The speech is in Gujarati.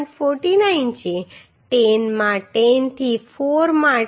49 છે 10 માં 10 થી 4 માં t